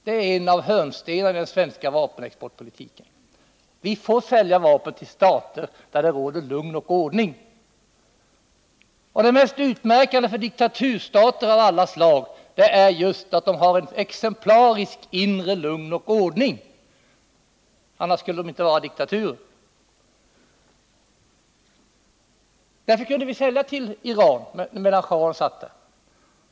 Det är en av hörnstenarna i den svenska vapenexportpolitiken: vi får sälja vapen till stater där det råder lugn och ordning. Men det mest utmärkande för diktaturstater av alla slag är just att de har ett exemplariskt inre lugn och en exemplarisk ordning — annars skulle de inte vara diktaturer. Därför kunde vi sälja vapen till Iran när schahen satt kvar.